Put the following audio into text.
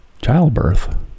childbirth